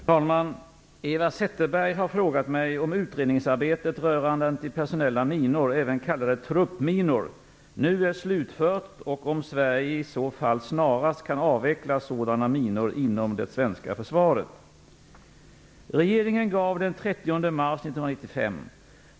Fru talman! Eva Zetterberg har frågat mig om utredningsarbetet rörande antipersonella minor, även kallade truppminor, nu är slutfört och om Sverige i så fall snarast kan avveckla sådana minor inom det svenska försvaret.